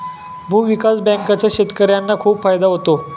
भूविकास बँकांचा शेतकर्यांना खूप फायदा होतो